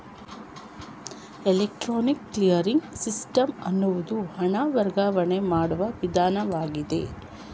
electronic clearing system ಎನ್ನುವುದು ಹಣ ವರ್ಗಾವಣೆ ಮಾಡುವ ವಿಧಾನವಾಗಿದೆ